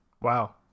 wow